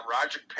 Roger